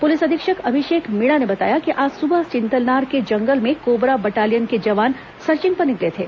police अधीक्षक अभिषेक मीणा ने बताया कि आज सुबह चिंतलनार के जंगल में कोबरा बटालियन के जवान सर्चिंग पर निकले थे